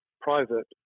private